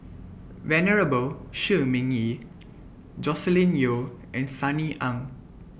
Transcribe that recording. Venerable Shi Ming Yi Joscelin Yeo and Sunny Ang